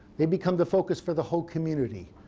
they become the focus for the whole community.